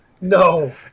No